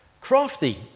Crafty